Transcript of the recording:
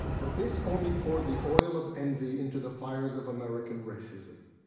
but this only poured the oil of envy into the fires of american racism.